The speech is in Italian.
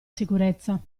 sicurezza